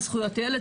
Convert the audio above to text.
זכויות הילד,